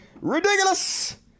Ridiculous